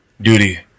Duty